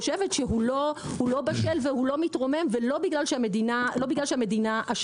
לא בשל והוא לא מתרומם ולא בגלל שהמדינה אשמה.